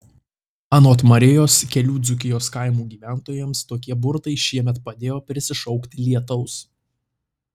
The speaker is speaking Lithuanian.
anot marijos kelių dzūkijos kaimų gyventojams tokie burtai šiemet padėjo prisišaukti lietaus